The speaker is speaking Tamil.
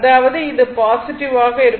அதாவது இது பாசிட்டிவ் ஆக இருக்கும்